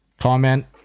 comment